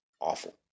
awful